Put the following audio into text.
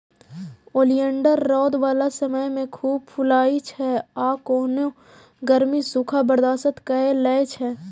oleander रौद बला समय मे खूब फुलाइ छै आ केहनो गर्मी, सूखा बर्दाश्त कए लै छै